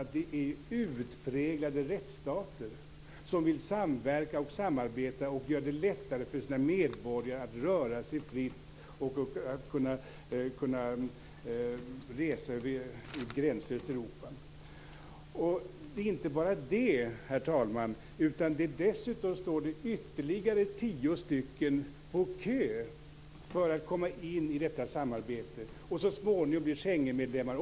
De är utpräglade rättsstater som vill samverka, samarbeta och göra det lättare för sina medborgare att röra sig fritt och resa över ett gränslöst Europa. Det är inte bara det, herr talman. Dessutom står ytterligare tio länder i kö för att komma in i detta samarbete och så småningom också bli Schengenmedlemmar.